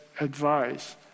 advice